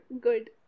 good